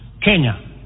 Kenya